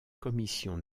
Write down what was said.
commission